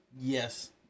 Yes